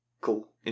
Cool